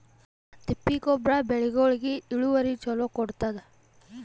ತಿಪ್ಪಿ ಗೊಬ್ಬರ ಬೆಳಿಗೋಳಿಗಿ ಚಲೋ ಇಳುವರಿ ಕೊಡತಾದ?